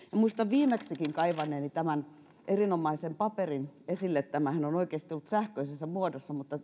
muistan viimeksikin kaivaneeni tämän erinomaisen paperin esille tämähän on oikeasti ollut sähköisessä muodossa mutta